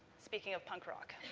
speaking of punk rock.